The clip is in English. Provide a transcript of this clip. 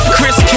Chris